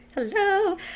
Hello